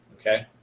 okay